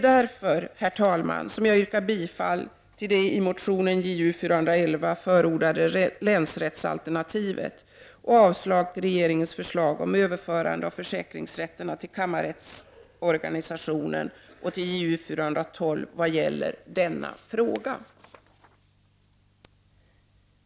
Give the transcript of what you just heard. Därför, herr talman, yrkar jag bifall till det i motionen Ju411 förordade länsrättsalternativet och avslag på förslaget att överföra försäkringsrätterna till kammarrättsorganisationen samt på motion Ju412 vad gäller denna fråga.